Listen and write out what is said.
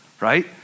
right